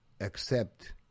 accept